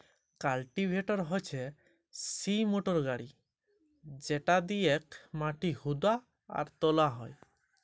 cultivator হচ্যে সিই motor গাড়ি যেটা দিয়েক মাটি হুদা আর তোলা হয়